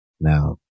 Now